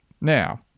Now